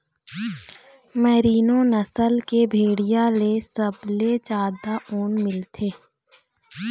merino नसल के भेड़िया ले सबले जादा ऊन मिलथे